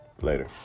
later